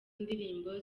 ndirimbo